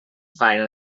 faena